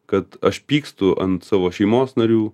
kad aš pykstu ant savo šeimos narių